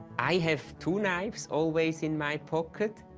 i have two knives always in my pocket.